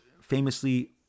famously